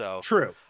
True